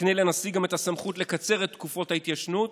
מקנה לנשיא גם את הסמכות לקצר את תקופות ההתיישנות